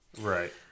Right